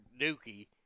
Dookie